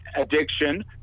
addiction